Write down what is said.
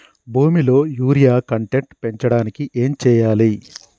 భూమిలో urea content పెంచడానికి ఏం చేయాలి?